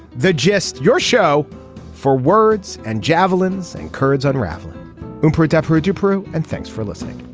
the gist your show for words and javelins and kurds unraveling and protectorate to peru. and thanks for listening